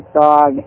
dog